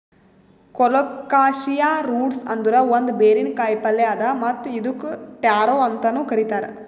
colocasia roots ಅಂದುರ್ ಒಂದ್ ಬೇರಿನ ಕಾಯಿಪಲ್ಯ್ ಅದಾ ಮತ್ತ್ ಇದುಕ್ ಟ್ಯಾರೋ ಅಂತನು ಕರಿತಾರ್